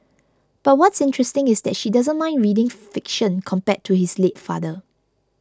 but what's interesting is that she doesn't mind reading fiction compared to his late father